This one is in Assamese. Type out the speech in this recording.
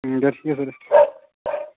ওম দে ঠিক আছে দে